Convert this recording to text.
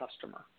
customer